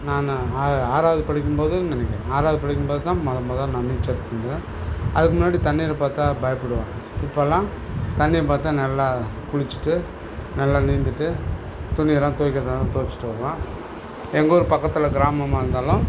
நான் ஆ ஆறாவது படிக்கும்போது நினைக்கிறேன் ஆறாவது படிக்கும்போது தான் மொதல் மொதல் நான் நீச்சல் சேர்ந்தேன் அதுக்கு முன்னாடி தண்ணீரை பார்த்தா பயப்படுவேன் இப்போல்லாம் தண்ணியை பார்த்தா நல்லா குளித்துட்டு நல்லா நீந்திவிட்டு துணியெலாம் துவைக்கறதுனாலும் துவைச்சிட்டு வருவேன் எங்கள் ஊர் பக்கத்தில் கிராமமாக இருந்தாலும்